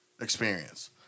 experience